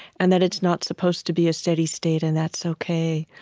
and that it's not supposed to be a steady state. and that's ok.